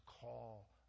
call